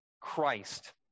Christ